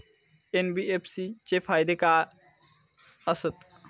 NBFC चे फायदे खाय आसत?